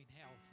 health